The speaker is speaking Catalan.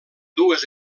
dues